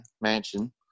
mansion